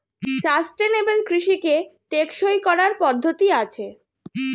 sustainable কৃষিকে টেকসই করার পদ্ধতি আছে